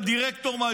הדירקטור.